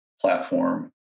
platform